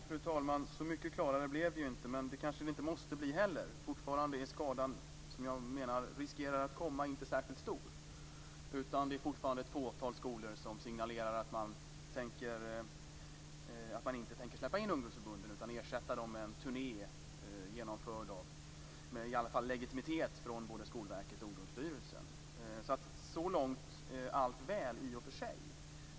Fru talman! Så mycket klarare blev det ju inte. Men det kanske det inte måste bli heller. Fortfarande är skadan, som jag menar riskerar att komma, inte särskilt stor. Det är fortfarande ett fåtal skolor som signalerar att man inte tänker släppa in ungdomsförbunden utan ersätta dem med en turné genomförd med legitimitet från både Skolverket och Ungdomsstyrelsen. Så långt är allt väl, i och för sig.